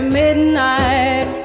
midnight